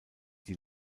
die